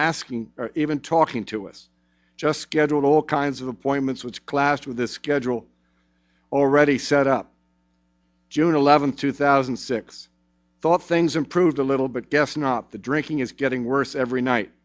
asking even talking to us just scheduled all kinds of appointments which class with the schedule already set up june eleventh two thousand and six thought things improved a little but guess not the drinking is getting worse every night